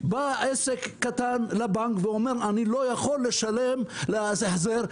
בא עסק קטן לבנק ואומר: אני לא יכול לשלם החזר.